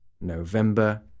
November